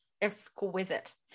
exquisite